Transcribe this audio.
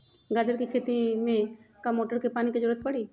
गाजर के खेती में का मोटर के पानी के ज़रूरत परी?